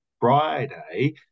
Friday